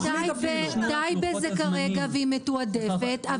טייבה זה כרגע והיא מתועדפת,